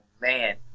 man